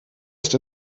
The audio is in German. ist